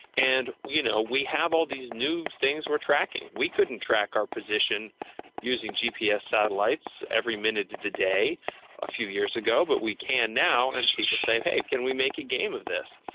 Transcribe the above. and you know, we have all these new things we're tracking. we couldn't track our position using gps satellites every minute of the day a few years ago, but we can now, and people say, hey, can we make a game of this?